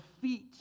feet